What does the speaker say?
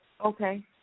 okay